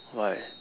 why